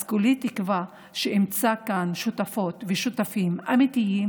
אז כולי תקווה שאמצא כאן שותפות ושותפים אמיתיים,